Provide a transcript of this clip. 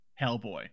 hellboy